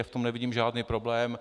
V tom nevidím žádný problém.